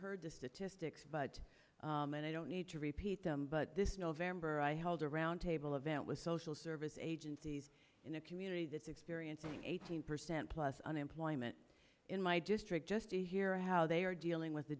heard the statistics but and i don't need to repeat them but this november i held around table event with social service agencies in a community that's experiencing eighteen percent plus unemployment in my district just to hear how they are dealing with the